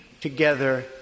together